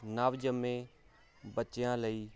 ਨਵ ਜੰਮੇ ਬੱਚਿਆਂ ਲਈ